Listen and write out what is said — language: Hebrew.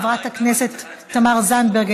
חברת הכנסת תמר זנדברג,